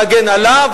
להגן עליו,